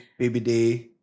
BBD